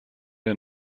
der